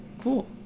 cool